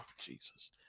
Jesus